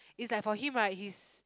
it's like for him right his